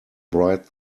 bright